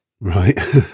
Right